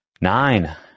Nine